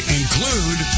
include